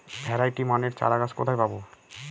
Variety মানের চারাগাছ কোথায় পাবো?